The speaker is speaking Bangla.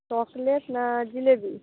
চকলেট না জিলিপি